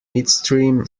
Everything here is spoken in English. midstream